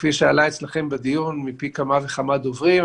וכפי שעלה אצלכם בדיון מפי כמה וכמה דוברים,